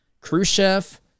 Khrushchev